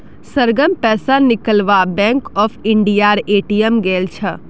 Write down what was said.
सरगम पैसा निकलवा बैंक ऑफ इंडियार ए.टी.एम गेल छ